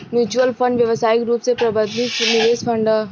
mutual fund व्यावसायिक रूप से प्रबंधित निवेश फंड ह